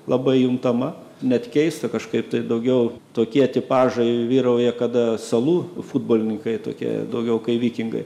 labai juntama net keista kažkaip tai daugiau tokie tipažai vyrauja kada salų futbolininkai tokie daugiau kai vikingai